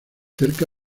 cerca